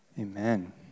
Amen